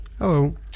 Hello